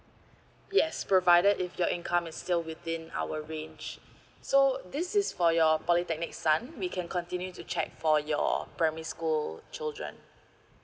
yes provided if your income is still within our range so this is for your polytechnic son we can continue to check for your primary school children